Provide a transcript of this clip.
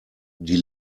die